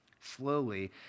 slowly